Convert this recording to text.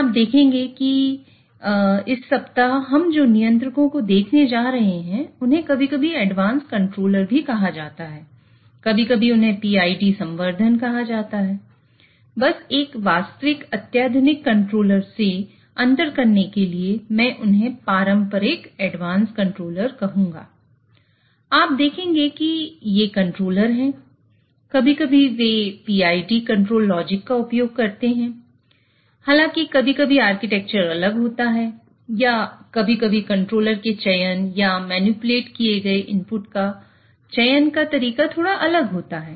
आप देखेंगे कि ये कंट्रोलर हैं कभी कभी वे PID कंट्रोल लॉजिक का उपयोग करते हैं हालाँकि कभी कभी आर्किटेक्चर अलग होता है या कभी कभी कंट्रोलर के चयन या मैनिपुलेट किए गए इनपुट का चयन का तरीका थोड़ा अलग होता है